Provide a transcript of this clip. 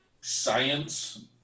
science